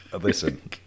Listen